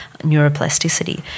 neuroplasticity